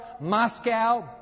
Moscow